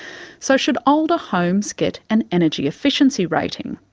so should older homes get an energy efficiency rating?